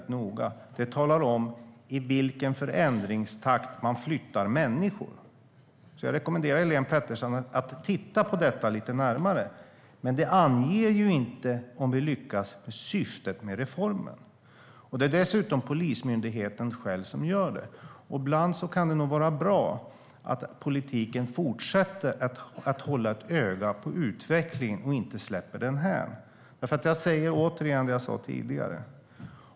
Där framgår i vilken takt man genomför förändringar och flyttar människor. Jag rekommenderar Helene Petersson att titta lite närmare på dokumentet, men det anger inte om vi har lyckats uppnå syftet med reformen. Det är dessutom Polismyndigheten själv som gör uppföljningen. Ibland kan det vara bra att politikerna fortsätter att hålla ett öga på utvecklingen och inte släpper den.